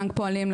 בנק הפועלים,